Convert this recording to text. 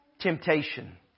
temptation